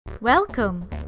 Welcome